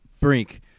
Brink